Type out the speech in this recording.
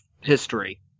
history